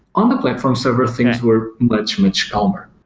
on the platform server, things were much, much calmer